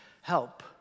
help